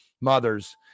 mothers